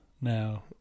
now